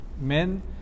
men